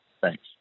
Thanks